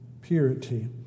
purity